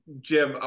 Jim